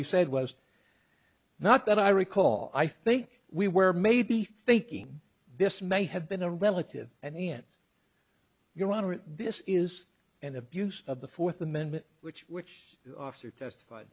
he said was not that i recall i think we were maybe thinking this may have been a relative and yet your honor this is an abuse of the fourth amendment which which officer testif